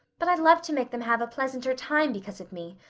but i'd love to make them have a pleasanter time because of me.